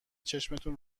چشتون